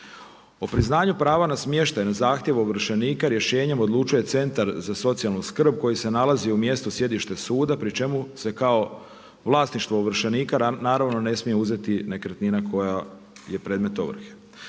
O priznanju prava na smještaj na zahtjev ovršenika rješenjem odlučuje centar za socijalnu skrb koji se nalazi u mjestu, sjedište suda pri čemu se kao vlasništvo ovršenika naravno ne smije uzeti nekretnina koja je predmet ovrhe.